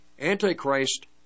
Antichrist